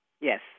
Yes